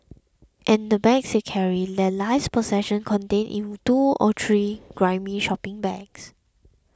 and the bags they carry their life's possessions contained in two or three grimy shopping bags